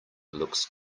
looks